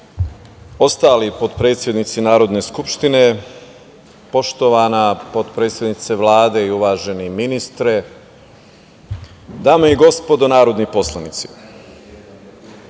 ostali potpredsednici Narodne skupštine, poštovana potpredsednice Vlade i uvaženi ministre. Dame i gospodo narodni poslanici,